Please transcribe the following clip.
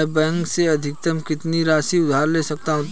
मैं बैंक से अधिकतम कितनी राशि उधार ले सकता हूँ?